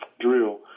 drill